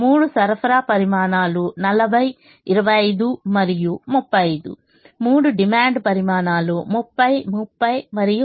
మూడు సరఫరా పరిమాణాలు 40 25 మరియు 35 మూడు డిమాండ్ పరిమాణాలు 30 30 మరియు 40